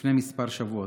לפני מספר שבועות.